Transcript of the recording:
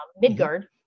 Midgard